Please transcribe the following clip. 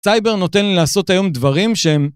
‫סייבר נותן לי לעשות היום דברים שהם...